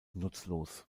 nutzlos